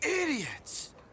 Idiots